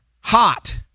Hot